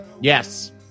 Yes